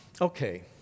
Okay